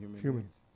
humans